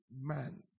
man